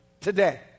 Today